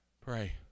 Pray